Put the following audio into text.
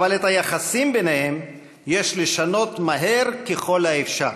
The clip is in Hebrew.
אבל את היחסים ביניהם יש לשנות מהר ככל האפשר.